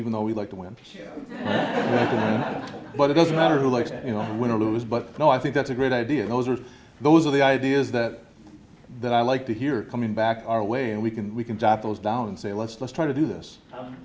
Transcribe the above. even though we like to win but it doesn't matter who likes it you know win or lose but no i think that's a great idea those are those are the ideas that that i like to hear coming back our way and we can we can tap those down and say let's just try to do this